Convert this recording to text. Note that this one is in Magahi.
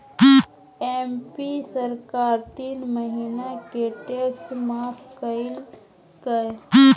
एम.पी सरकार तीन महीना के टैक्स माफ कइल कय